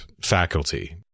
faculty